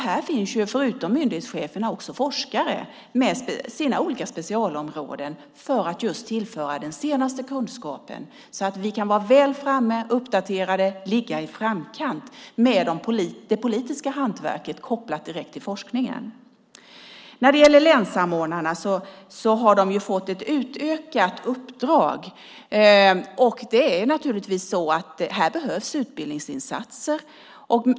Här finns ju förutom myndighetscheferna också forskare med sina olika specialområden just för att tillföra den senaste kunskapen så att vi kan vara väl framme, vara uppdaterade och ligga i framkant med det politiska hantverket kopplat direkt till forskningen. Länssamordnarna har fått ett utökat uppdrag. Naturligtvis behövs här utbildningsinsatser.